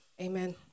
Amen